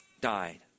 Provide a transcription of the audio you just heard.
died